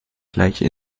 gleiche